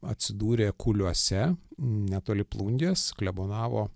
atsidūrė kuliuose netoli plungės klebonavo